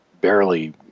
barely